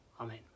Amen